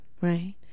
right